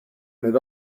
and